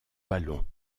ballons